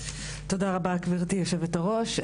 תודה רבה, גברתי היושבת-ראש.